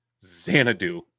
xanadu